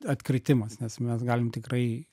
atkritimas nes mes galim tikrai